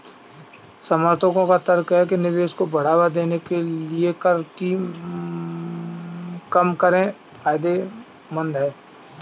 समर्थकों का तर्क है कि निवेश को बढ़ावा देने के लिए कर की कम दरें फायदेमंद हैं